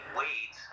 wait